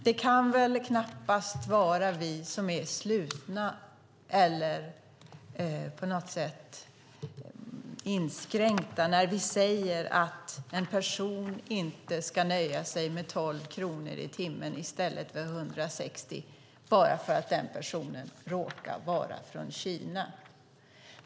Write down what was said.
Det kan väl knappast vara vi som är slutna eller inskränkta när vi säger att en person inte ska nöja sig med 12 kronor i timmen i stället för 160 bara för att den personen råkar vara från Kina.